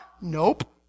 Nope